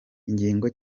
ingingo